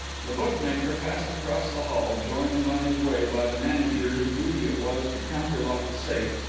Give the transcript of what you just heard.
the bookmaker passed across the hall, joined on his way by the manager whose duty it was to counterlock the safe,